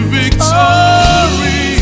victory